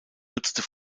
nutzte